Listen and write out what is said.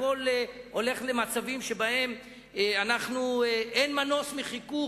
הכול הולך למצבים שבהם אין מנוס מחיכוך